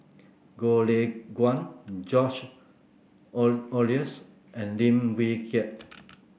Goh Lay Kuan George Oehlers and Lim Wee Kiak